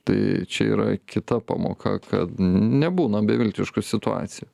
tai čia yra kita pamoka kad nebūna beviltiškų situacijų